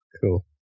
Cool